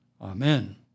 Amen